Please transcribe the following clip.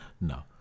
No